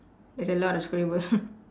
there's a lot of scribbles